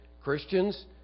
Christians